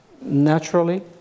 Naturally